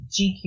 GQ